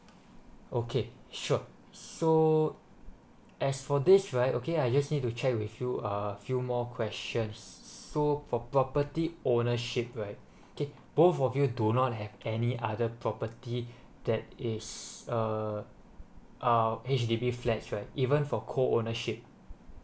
okay sure so as for this right okay I just need to check with you uh few more question so for property ownership right okay both of you do not have any other property that is uh uh H_D_B flats right even for co ownership